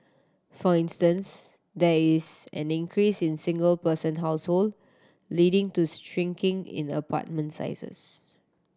for instance there is an increase in single person household leading to shrinking in the apartment sizes